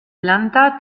planta